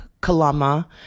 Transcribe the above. Kalama